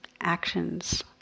actions